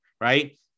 Right